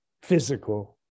physical